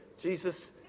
Jesus